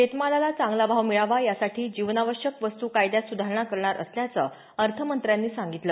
शेतमालाला चांगला भाव मिळावा यासाठी जीवनावश्यक वस्तू कायद्यात सुधारणा करणार असल्याचं त्या म्हणाल्या